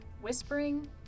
whispering